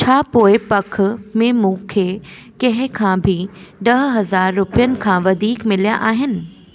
छा पोएं पखि में मूंखे कंहिं खां बि ॾह हज़ार रुपियनि खां वधीक मिलिया आहिनि